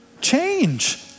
change